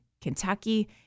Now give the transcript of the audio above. Kentucky